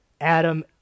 Adam